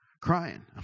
crying